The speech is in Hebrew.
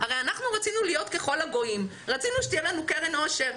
הרי אנחנו רצינו להיות ככל הגויים רצינו שתהיה לנו קרן עושר.